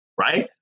right